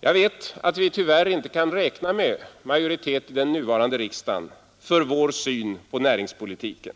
Jag vet att vi tyvärr inte kan räkna med majoritet i den nuvarande riksdagen för vår syn på näringspolitiken.